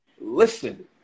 Listen